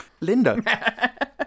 Linda